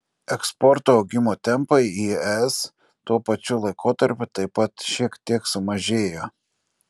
eksporto augimo tempai į es tuo pačiu laikotarpiu taip pat šiek tiek sumažėjo